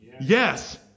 Yes